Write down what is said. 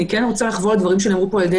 אני רוצה לחזור פה לדברים שנאמרו על-ידי